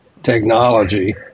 Technology